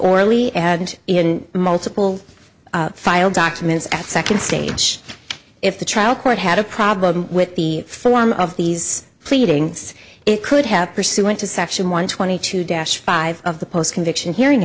orally and in multiple file documents at second stage if the trial court had a problem with the form of these pleadings it could have pursuant to section one twenty two dash five of the post conviction hearing